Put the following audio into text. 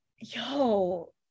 Yo